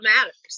matters